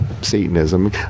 Satanism